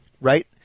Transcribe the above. Right